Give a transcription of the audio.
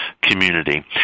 community